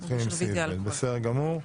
נתחיל עם סעיף ב', בסדר גמור.